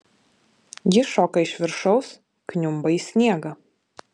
ji šoka iš viršaus kniumba į sniegą